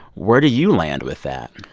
where do you land with that?